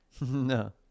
no